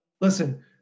listen